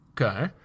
Okay